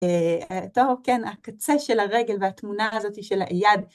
טוב, כן, הקצה של הרגל והתמונה הזאת של היד.